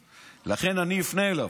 לכן, אני אפנה אליו.